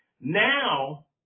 Now